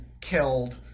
killed